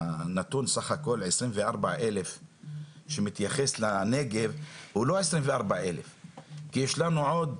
הנתון סך הכל 24,000 שמתייחס לנגב הוא לא 24,000. כי יש לנו עוד,